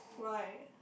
why